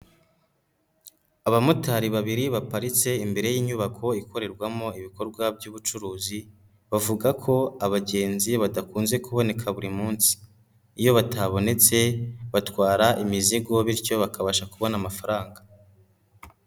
Abamotari babiri baparitse imbere y'inyubako ikorerwamo ibikorwa by'ubucuruzi, bavuga ko abagenzi badakunze kuboneka buri munsi, iyo batabonetse batwara imizigo bityo bakabasha kubona amafaranga.